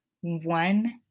one